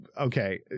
okay